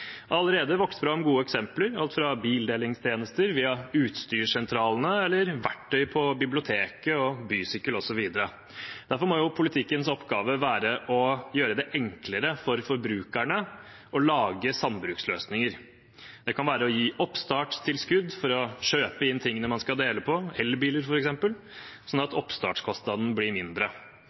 allerede vokst fram gode eksempler, med bildelingstjenester, vi har utstyrssentralene, verktøy på biblioteket, bysykler osv. Derfor må politikkens oppgave være å gjøre det enklere for forbrukerne å lage sambruksløsninger. Det kan være å gi oppstartstilskudd til å kjøpe inn tingene man skal dele på, elbiler f.eks., sånn at oppstartskostnadene blir mindre.